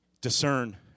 Discern